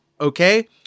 okay